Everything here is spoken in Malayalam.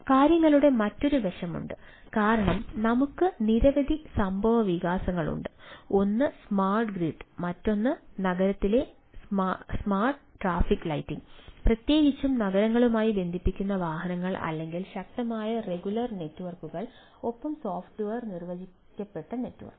കാര്യങ്ങളുടെ മറ്റൊരു വശമുണ്ട് കാരണം നമുക്ക് നിരവധി സംഭവവികാസങ്ങൾ ഉണ്ട് ഒന്ന് സ്മാർട്ട് ഗ്രിഡ് മറ്റൊന്ന് നഗരങ്ങളിലെ സ്മാർട്ട് ട്രാഫിക് ലൈറ്റിംഗ് പ്രത്യേകിച്ചും നഗരങ്ങളുമായി ബന്ധിപ്പിച്ച വാഹനങ്ങൾ അല്ലെങ്കിൽ ശക്തമായ റെഗുലർ നെറ്റ്വർക്കുകൾ ഒപ്പം സോഫ്റ്റ്വെയർ നിർവചിക്കപ്പെട്ട നെറ്റ്വർക്ക്